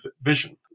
vision